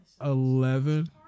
Eleven